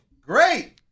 Great